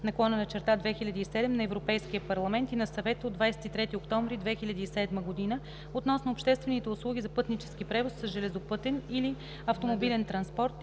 (ЕО) № 1370/2007 на Европейския парламент и на Съвета от 23 октомври 2007 година относно обществените услуги за пътнически превоз с железопътен и автомобилен транспорт